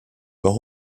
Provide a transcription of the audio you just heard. mort